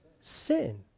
sin